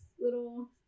little